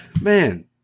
man